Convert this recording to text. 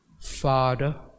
Father